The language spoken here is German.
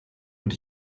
und